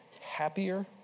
happier